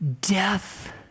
Death